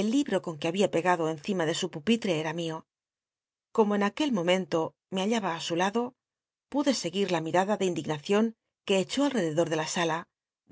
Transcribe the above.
el libro con que había pegado encima de su pupil j'e era mio como en aquel momento me hallaba á su lado pude seguía la mirada de indignacion que echó alr ededor de la sala